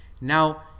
now